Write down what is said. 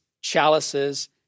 chalices